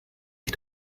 ich